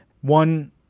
one